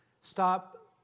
stop